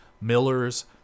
millers